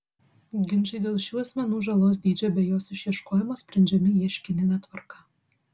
ginčai dėl šių asmenų žalos dydžio bei jos išieškojimo sprendžiami ieškinine tvarka